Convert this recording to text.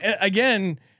again